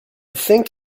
think